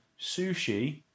sushi